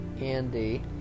Andy